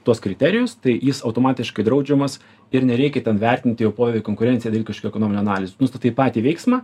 tuos kriterijus tai jis automatiškai draudžiamas ir nereikia ten vertinti jau povei konkurencijai daryt kažkokių ekonominių analizių nustatai patį veiksmą